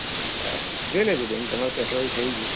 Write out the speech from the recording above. હા સારું જોઈ લેજો બેન તમારું પેટ્રોલ થઈ ગયું